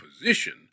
position